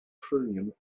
chromium